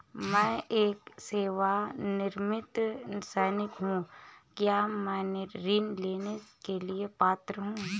मैं एक सेवानिवृत्त सैनिक हूँ क्या मैं ऋण लेने के लिए पात्र हूँ?